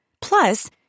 Plus